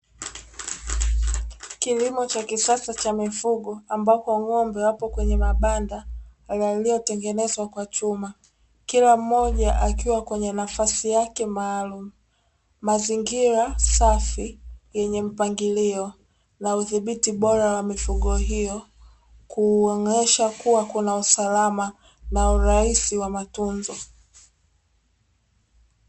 Kilimo cha kisasa cha mifugo, ambapo ng'ombe wapo kwenye mabanda yaliyotengenezwa kwa chuma, kila mmoja akiwa kwenye nafasi yake maalumu. Mazingira safi yenye mpangilio na udhibiti bora wa mifugo hiyo, kuonyesha kuwa kuna usalama na urahisi wa matunzo.